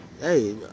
Hey